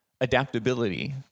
adaptability